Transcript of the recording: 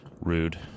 Rude